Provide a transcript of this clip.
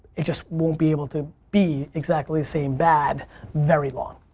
it just won't be able to be exactly same bad very long.